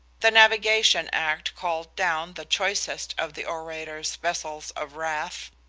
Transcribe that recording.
the navigation act called down the choicest of the orator's vessels of wrath.